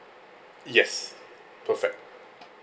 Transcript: yes perfect